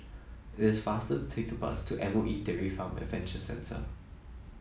it is faster to take the bus to M O E Dairy Farm Adventure Centre